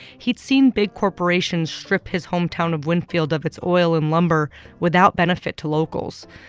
he'd seen big corporations strip his hometown of winnfield of its oil and lumber without benefit to locals.